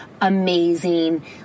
amazing